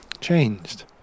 changed